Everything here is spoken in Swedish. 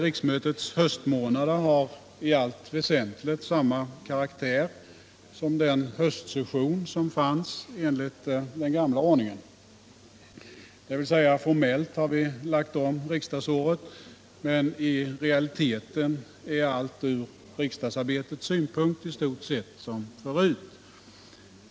Riksmötets höstmånader har i allt väsentligt samma karaktär som den höstsession som fanns enligt den gamla ordningen. Dvs. formellt har vi lagt om riksdagsåret, men i realiteten är allt ur riksdagsarbetets synpunkt i stort sett som förut.